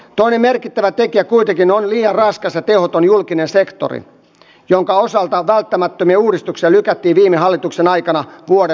toinen merkittävä tekijä kuitenkin on liian raskas ja tehoton julkinen sektori jonka osalta välttämättömiä uudistuksia lykättiin viime hallituksen aikana vuodesta toiseen